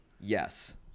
Yes